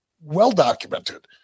well-documented